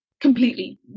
completely